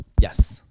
Yes